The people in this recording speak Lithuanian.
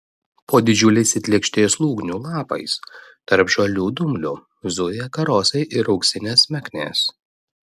po didžiuliais it lėkštės lūgnių lapais tarp žalių dumblių zuja karosai ir auksinės meknės